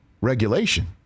regulation